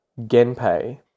Genpei